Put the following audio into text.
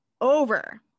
over